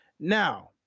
Now